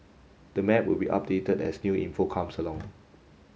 the map will be updated as new info comes along